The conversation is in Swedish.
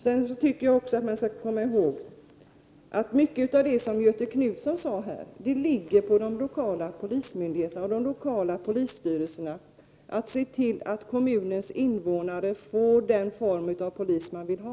Jag tycker att man också skall komma ihåg att mycket av det som Göthe Knutson tog upp har de lokala polismyndigheterna och de lokala polisstyrelserna ansvar för, nämligen att se till att kommunens invånare får den form av polis de vill ha.